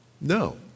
No